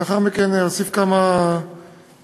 לאחר מכן אוסיף כמה דברים.